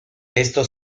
esto